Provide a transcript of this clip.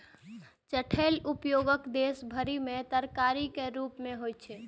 चठैलक उपयोग देश भरि मे तरकारीक रूप मे होइ छै